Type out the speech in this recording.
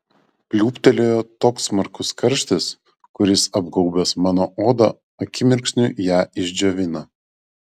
pliūptelėjo toks smarkus karštis kuris apgaubęs mano odą akimirksniu ją išdžiovino